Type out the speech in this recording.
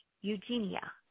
Eugenia